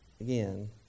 again